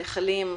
הנחלים,